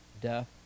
death